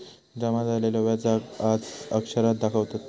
जमा झालेल्या व्याजाक आर अक्षरात दाखवतत